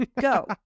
Go